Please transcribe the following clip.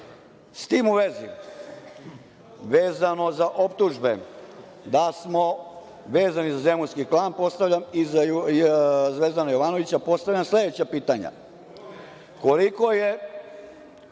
tim u vezi, vezano za optužbe da smo vezani za zemunski klan i Zvezdana Jovanovića, postavljam sledeća pitanja. Koliko je